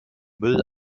müll